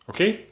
Okay